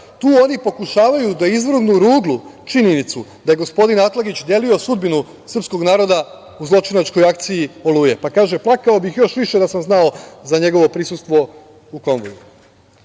tu oni pokušavaju da izvrnu ruglu činjenicu da je gospodin Atlagić delio sudbinu srpskog naroda u zločinačkoj akciji „Oluja“, pa kaže – Plakao bih još više da sam znao za njegovo prisustvo u konvoju. Još